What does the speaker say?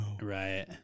Right